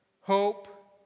hope